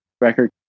record